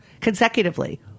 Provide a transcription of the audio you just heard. consecutively